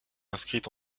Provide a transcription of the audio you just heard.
inscrite